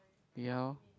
ya lor